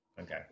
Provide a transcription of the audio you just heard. Okay